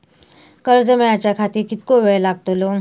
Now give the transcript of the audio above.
कर्ज मेलाच्या खातिर कीतको वेळ लागतलो?